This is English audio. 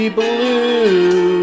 blue